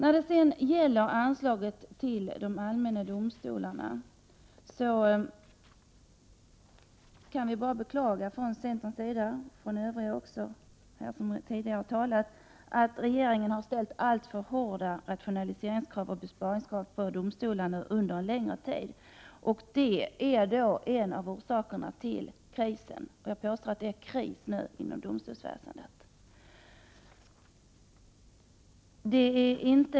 När det sedan gäller anslaget till de allmänna domstolarna kan vi från centerns sida, och även från övriga som har talat här tidigare, bara beklaga att regeringen har ställt alltför hårda rationaliseringsoch besparingskrav på domstolarna under en längre tid. Detta är en av orsakerna till krisen — jag påstår att det är kris inom domstolsväsendet nu.